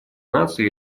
наций